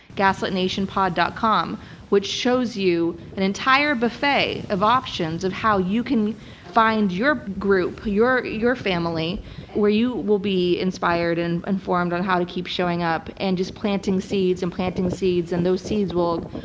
gaslitnationpod. com which shows you an entire buffet of options of how you can find your group, your your family where you will be inspired and informed on how to keep showing up and just planting seeds and planting seeds. and those seeds will,